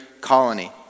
colony